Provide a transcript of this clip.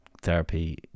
therapy